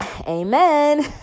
Amen